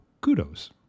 kudos